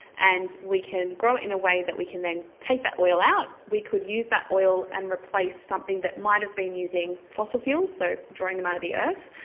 and we can grow it in a way that we can then take that oil out, we could use that oil and replace something that might have been using fossil fuels, so drawing them out of the earth,